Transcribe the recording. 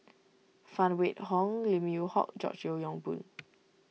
Phan Wait Hong Lim Yew Hock George Yeo Yong Boon